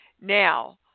Now